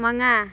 ꯃꯉꯥ